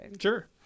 Sure